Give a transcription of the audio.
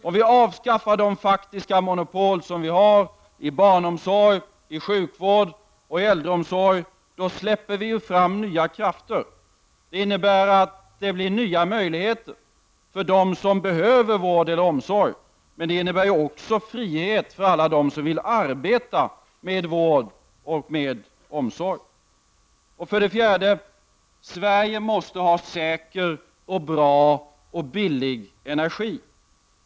Om vi avskaffar de faktiska monopolen i barnomsorg, i sjukvård och i äldreomsorg släpper vi ju fram nya krafter. Det innebär att det tillkommer nya möjligheter för dem som behöver vård eller omsorg, men det innebär också frihet för alla dem som vill arbeta med vård och omsorg. För det fjärde: Sverige måste ha säker, bra och billig energi.